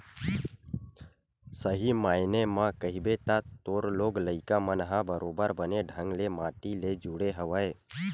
सही मायने म कहिबे त तोर लोग लइका मन ह बरोबर बने ढंग ले माटी ले जुड़े हवय